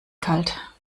kalt